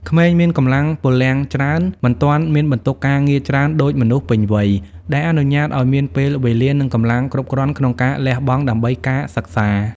ក្មេងមានកម្លាំងពលំច្រើន មិនទាន់មានបន្ទុកការងារច្រើនដូចមនុស្សពេញវ័យ ដែលអនុញ្ញាតឱ្យមានពេលវេលា និងកម្លាំងគ្រប់គ្រាន់ក្នុងការលះបង់ដើម្បីការសិក្សា។